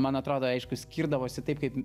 man atrodo aišku skirdavosi taip kaip